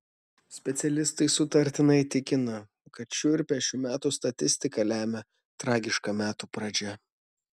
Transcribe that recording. specialistai sutartinai tikina kad šiurpią šių metų statistiką lemia tragiška metų pradžia